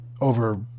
over